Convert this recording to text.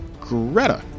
Greta